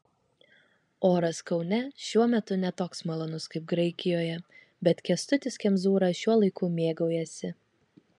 oras kaune šiuo metu ne toks malonus kaip graikijoje bet kęstutis kemzūra šiuo laiku mėgaujasi